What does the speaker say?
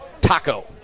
taco